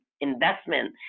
investment